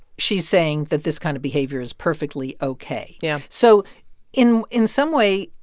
she's saying that this kind of behavior is perfectly ok yeah so in in some way,